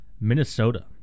Minnesota